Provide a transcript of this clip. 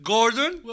Gordon